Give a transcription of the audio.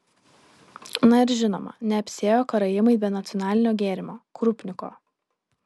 na ir žinoma neapsiėjo karaimai be nacionalinio gėrimo krupniko